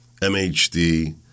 MHD